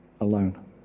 alone